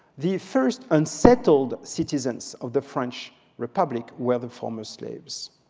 the first unsettled citizens of the french republic were the former slaves.